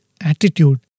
attitude